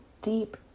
deep